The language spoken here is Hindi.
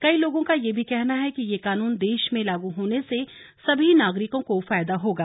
कई लोगों का यह भी कहना है कि यह कानून देश में लागू होने से सभी नागरिकों को फायदा होगा